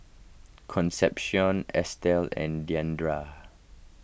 Concepcion Estell and Diandra